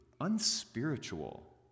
unspiritual